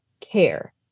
care